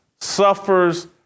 suffers